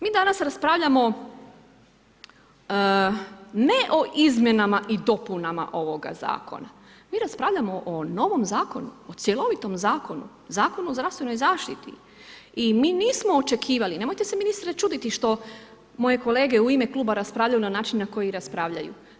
Mi danas raspravljamo, ne o izmjenama i dopunama ovoga zakona, mi raspravljamo o novom zakonu, o cjelovitom zakonu, Zakonu o zdravstvenoj zaštiti i mi nismo očekivali, nemojte se ministre čuditi što moje kolege u ime kluba raspravljaju na način na koji raspravljaju.